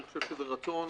אני חושב שזה רצון